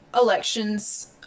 elections